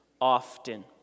often